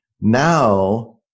Now